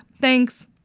thanks